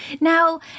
now